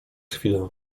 chwilę